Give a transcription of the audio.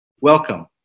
Welcome